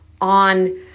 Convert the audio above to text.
on